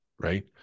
right